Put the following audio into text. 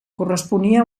corresponia